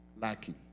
lacking